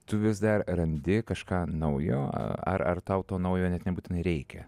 tu vis dar randi kažką naujo ar ar tau to naujo net nebūtinai reikia